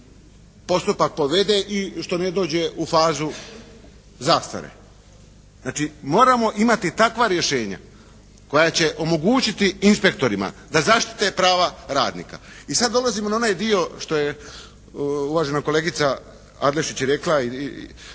postupak povede i što ne dođe u fazu zastare. Znači moramo imati takva rješenja koja će omogućiti inspektorima da zaštite prava radnika. I sada dolazimo na onaj dio što je uvažena kolegica Adlešić i rekla